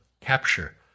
capture